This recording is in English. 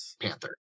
Panther